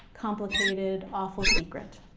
complicated, awful secret.